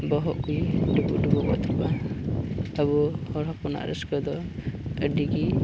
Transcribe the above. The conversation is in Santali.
ᱵᱚᱦᱚᱜ ᱠᱚ ᱰᱩᱵᱩᱠ ᱰᱩᱵᱩᱠᱚᱜ ᱛᱟᱠᱚᱣᱟ ᱟᱵᱚ ᱦᱚᱲ ᱦᱚᱯᱚᱱᱟᱜ ᱨᱟᱹᱥᱠᱟᱹ ᱫᱚ ᱟᱹᱰᱤ ᱜᱮ